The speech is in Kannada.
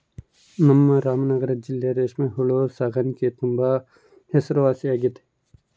ನಮ್ ರಾಮನಗರ ಜಿಲ್ಲೆ ರೇಷ್ಮೆ ಹುಳು ಸಾಕಾಣಿಕ್ಗೆ ತುಂಬಾ ಹೆಸರುವಾಸಿಯಾಗೆತೆ